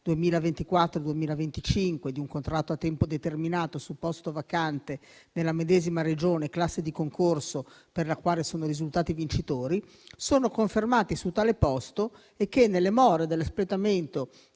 2024-2025 di un contratto a tempo determinato su posto vacante nella medesima Regione e classe di concorso per la quale sono risultati vincitori, sono confermati su tale posto e che, nelle more dell'espletamento